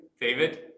David